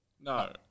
No